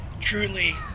truly